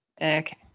Okay